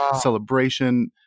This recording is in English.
celebration